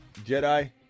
Jedi